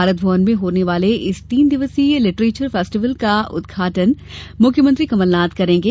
भारत भवन में होने वाले इस तीन दिवसीय लिटरेचर फेस्टिवल का उदघाटन मुख्यमंत्री कमलनाथ करेंगे